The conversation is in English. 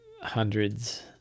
hundreds